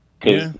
Cause